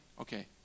Okay